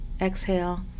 exhale